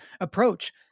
approach